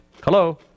Hello